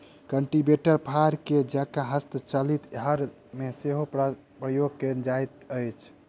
cultivator फार के जेंका हस्तचालित हर मे सेहो प्रयोग कयल जा रहल अछि